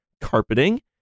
carpeting